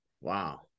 Wow